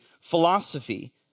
Philosophy